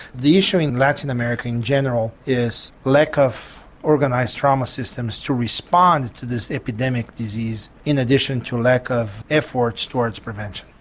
the issue in latin america in general is lack of organised trauma systems to respond to this epidemic disease in addition to the lack of efforts towards prevention.